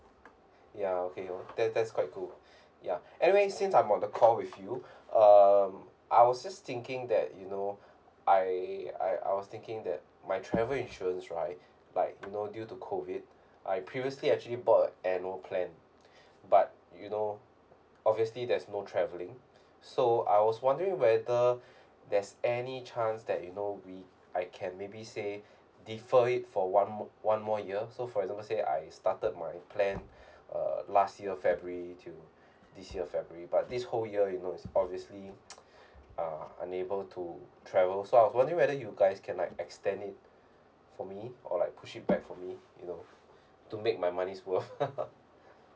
ya okay that that's quite cool ya anyway since I'm on the call with you um I was just thinking that you know I I I was thinking that my travel insurance right like you know due to COVID I previously actually bought annual plan but you know obviously there's no traveling so I was wondering whether there's any chance that you know we I can maybe say defer it for one more one more year so for example say I started my plan uh last year february to this year february but this whole year you know it's obviously uh unable to travel so I was wondering whether you guys can like extend it for me alright push it back for me you know to make my money worth